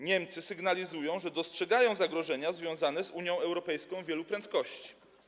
Niemcy sygnalizują, że dostrzegają zagrożenia związane z Unią Europejską wielu prędkości.